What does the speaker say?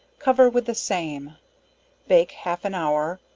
cover with the same bake half an hour,